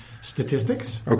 statistics